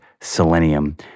selenium